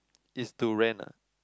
it's to rent ah